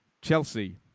Chelsea